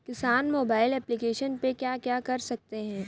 किसान mobile application पे क्या क्या कर सकते हैं?